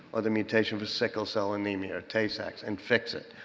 or the mutation for sickle-cell anemia, tay-sachs and fix it.